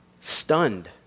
stunned